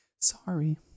Sorry